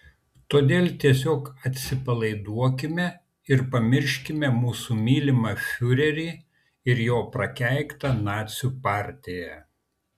todėl tiesiog atsipalaiduokime ir pamirškime mūsų mylimą fiurerį ir jo prakeiktą nacių partiją